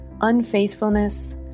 unfaithfulness